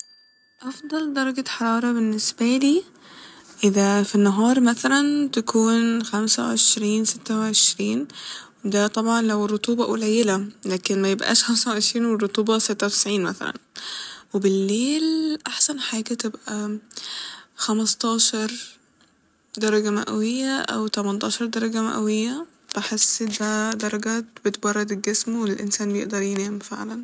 أفضل درجة حرارة باللنسبالي اذا ف النهار مثلا تكون خمسة وعشرين ستة وعشرين ده طبعا لو الرطوبة قليلة لكن ميبقاش خمسة وعشرين والرطوبة ستة وتسعين مثلا وبالليل أحسن حاجة تبقى خمستاشر درجة مئوية أو تمنتاشر درجة مئوية بحس ده درجة بتبرد الجسم والانسان بيقدر ينام فعلا